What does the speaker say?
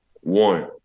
one